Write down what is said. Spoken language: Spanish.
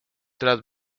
tras